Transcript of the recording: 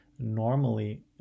Normally